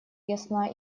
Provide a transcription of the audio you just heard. ясна